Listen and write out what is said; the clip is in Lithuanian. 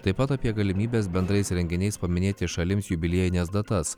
taip pat apie galimybes bendrais renginiais paminėti šalims jubiliejines datas